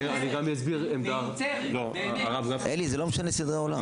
אלי, זה לא משנה סדרי עולם.